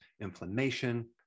inflammation